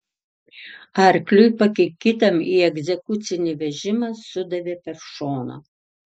arkliui pakinkytam į egzekucinį vežimą sudavė per šoną